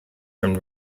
from